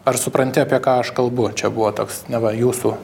ar supranti apie ką aš kalbu čia buvo toks neva jūsų